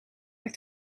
are